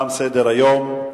תם סדר-היום.